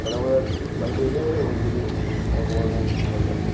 ওখান থেকে